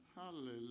Hallelujah